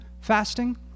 fasting